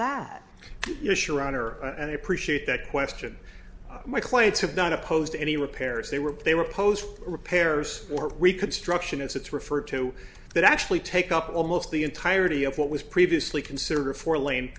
that issue or honor and i appreciate that question my clients have done opposed to any repairs they were they were pows repairs or reconstruction it's referred to that actually take up almost the entirety of what was previously considered a four lane